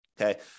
Okay